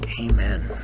Amen